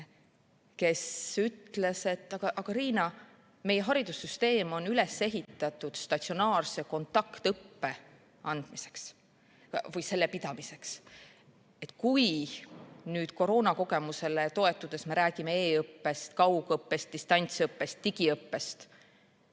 kes ütles: "Aga, Riina, meie haridussüsteem on üles ehitatud statsionaarse kontaktõppe andmiseks või selle pidamiseks." Kui me nüüd koroonakogemusele toetudes räägime e‑õppest, kaugõppest, distantsõppest, digiõppest,